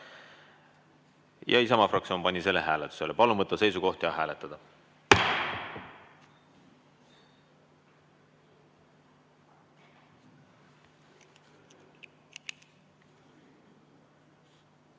Isamaa fraktsioon pani selle hääletusele. Palun võtta seisukoht ja hääletada!